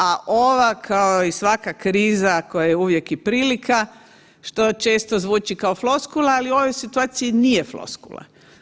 A ova kao i svaka kriza koja je uvijek i prilika što zvuči kao floskula ali u ovoj situaciji nije floskula.